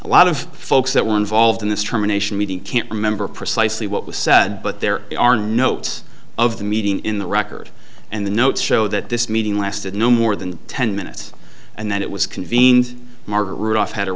a lot of folks that were involved in this terminations can't remember precisely what was said but there are notes of the meeting in the record and the notes show that this meeting lasted no more than ten minutes and that it was convened margaret rudolph had a